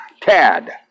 Tad